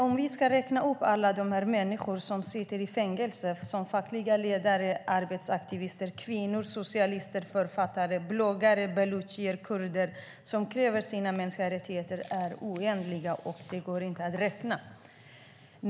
Om vi skulle räkna upp namnen på alla de människor som sitter i fängelse - fackliga ledare, arbetaraktivister, kvinnor, socialister, författare, bloggare, baluchier och kurder - och som kräver sina politiska och mänskliga rättigheter skulle listan bli oändlig.